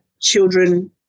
children